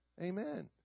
Amen